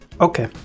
Okay